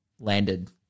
landed